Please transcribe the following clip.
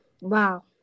Wow